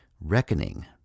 reckoning